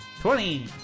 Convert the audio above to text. Twenty